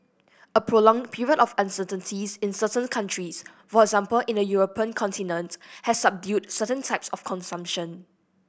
a prolonged period of uncertainties in certain countries for example in the European continent has subdued certain types of consumption